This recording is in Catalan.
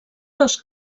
dos